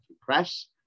press